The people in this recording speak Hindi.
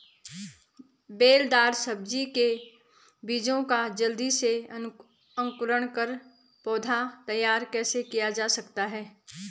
बेलदार सब्जी के बीजों का जल्दी से अंकुरण कर पौधा तैयार कैसे किया जा सकता है?